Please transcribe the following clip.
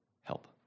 help